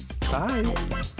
Bye